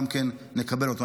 גם כן נקבל אותו.